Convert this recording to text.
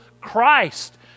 Christ